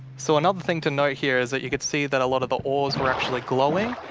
so another thing to note here is that you could see that a lot of the oars are actually glowing.